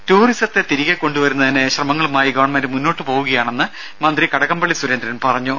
രുടെ ടൂറിസത്തെ തിരികെ കൊണ്ടുവരുന്നതിന് ശ്രമങ്ങളുമായി ഗവൺമെന്റ് മുന്നോട്ട് പോവുകയാണെന്ന് മന്ത്രി കടകംപള്ളിസുരേന്ദ്രൻ പറഞ്ഞു